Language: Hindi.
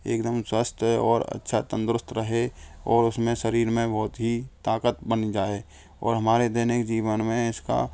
एकदम स्वास्थ्य और अच्छा तंदुरुस्त रहे और उसमें शरीर में बहुत ही ताकत बन जाए और हमारे दैनिक जीवन में इसका